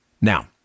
Now